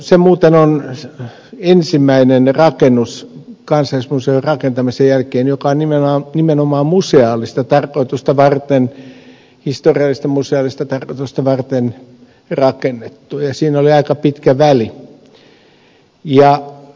se muuten on ensimmäinen rakennus kansallismuseon rakentamisen jälkeen joka on nimenomaan museaalista tarkoitusta varten historiallista ja museaalista tarkoitusta varten rakennettu ja siinä oli aika pitkä väli